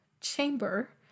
chamber